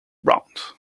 round